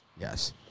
Yes